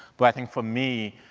but i think for me,